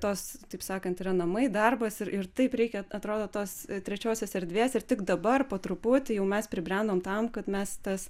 tos taip sakant yra namai darbas ir ir taip reikia atrodo tos trečiosios erdvės ir tik dabar po truputį jau mes pribrendom tam kad mes tas